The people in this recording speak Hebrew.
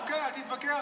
אוקיי, אל תתווכח.